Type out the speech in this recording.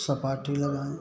सपाटी लगाएँ